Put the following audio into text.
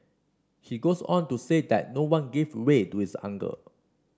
he goes on to say that no one gave way to his uncle